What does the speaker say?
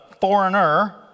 foreigner